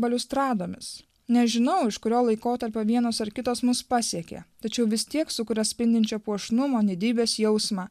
baliustradomis nežinau iš kurio laikotarpio vienos ar kitos mus pasiekė tačiau vis tiek sukuria spindinčią puošnumo didybės jausmą